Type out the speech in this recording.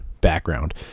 background